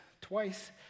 twice